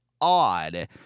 odd